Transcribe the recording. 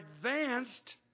advanced